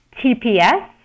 TPS